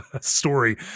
story